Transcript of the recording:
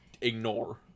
ignore